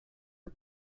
are